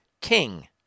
king